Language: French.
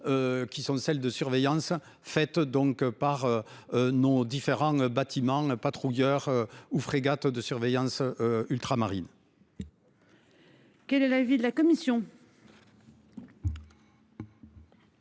Qui sont celles de surveillance faites donc par. Nos différents bâtiments patrouilleur ou frégates de surveillance. Ultramarines.